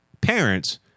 parents